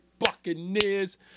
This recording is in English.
Buccaneers